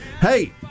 hey